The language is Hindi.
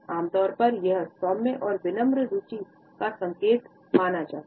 आम तौर पर यह सौम्य और विनम्र रुचि का संकेत माना जाता है